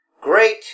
great